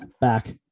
back